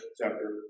chapter